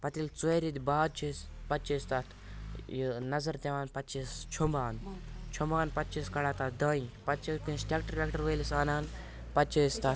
پَتہٕ ییٚلہِ ژورِ ریٚتۍ بعد چھِ أسۍ پَتہٕ چھِ أسۍ تَتھ یہِ نظر دِوان پَتہٕ چھِ أسۍ چھۄمبان چھۄمبان پَتہٕ چھِ أسۍ کَڑان تَتھ دانہِ پَتہٕ چھِ کٲنٛسہِ ٹرٛیٚکٹَر ویٚکٹَر وٲلِس اَنان پَتہٕ چھِ أسۍ تَتھ